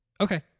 Okay